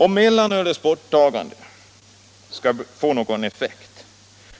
Om mellanölets borttagande skall få någon effekt,